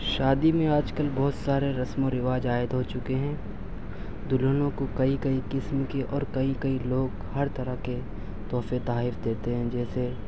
شادی میں آج کل بہت سارے رسم و رواج عائد ہو چکے ہیں دلہنوں کو کئی کئی قسم کے اور کئی کئی لوگ ہر طرح کے تحفے تحائف دیتے ہیں جیسے